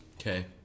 Okay